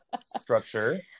structure